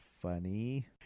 funny